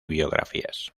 biografías